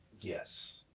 Yes